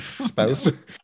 spouse